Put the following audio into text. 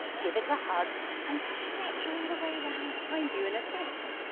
give it a hug and stretch all the way round behind you in a twist.